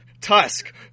Tusk